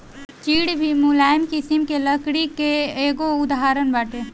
चीड़ भी मुलायम किसिम के लकड़ी कअ एगो उदाहरण बाटे